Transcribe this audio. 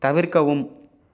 தவிர்க்கவும்